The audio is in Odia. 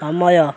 ସମୟ